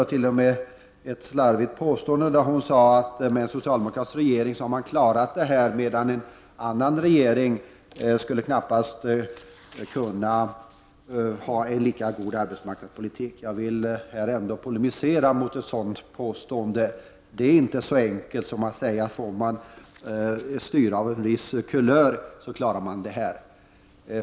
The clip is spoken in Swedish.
Hon gjorde ett slarvigt påstående, när hon sade att man med en socialdemokratisk regering har klarat arbetslöshetsproblemen medan en annan regering knappast skulle ha kunnat föra en lika god arbetsmarknadspolitik. Jag vill polemisera mot ett sådant påstående. Man kan inte enkelt säga att om man får ett styre av en viss kulör, så kan man hantera dessa problem.